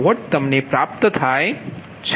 77MWમળે છે